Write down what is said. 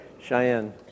Cheyenne